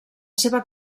seva